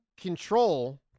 control